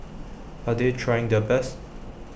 are they trying their best